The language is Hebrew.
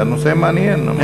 הנושא מעניין.